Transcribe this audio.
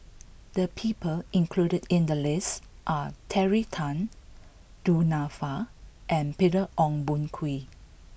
the people included in the list are Terry Tan Du Nanfa and Peter Ong Boon Kwee